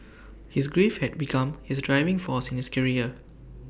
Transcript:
his grief had become his driving force in his career